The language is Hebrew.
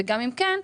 וגם אם כן,